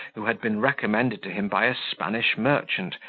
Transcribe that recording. who had been recommended to him by a spanish merchant,